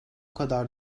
kadar